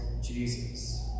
Jesus